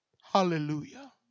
Hallelujah